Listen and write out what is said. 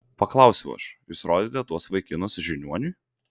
paklausiau aš jūs rodėte tuos vaikinus žiniuoniui